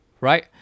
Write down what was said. right